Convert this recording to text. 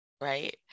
right